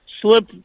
slip